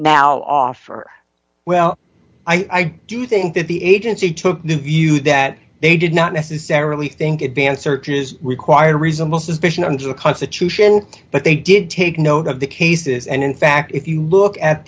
now offer well i do think that the agency took the view that they did not necessarily think advanced search is required or reasonable suspicion under the constitution but they did take note of the cases and in fact if you look at